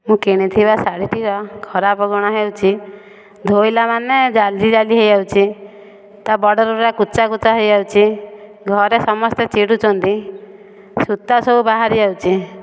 ମୁଁ କିଣିଥିବା ଶାଢୀଟିର ଖରାପ ଗୁଣ ହେଉଛି ଧୋଇଲା ମାନେ ଜାଲି ଜାଲି ହୋଇଯାଉଛି ତା ବର୍ଡର ଗୁଡ଼ାକ କୁଚା କୁଚା ହୋଇଯାଉଛି ଘରେ ସମସ୍ତେ ଚିଡ଼ୁଛନ୍ତି ସୂତା ସବୁ ବାହାରି ଯାଉଛି